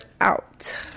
out